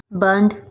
बंद